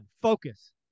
focus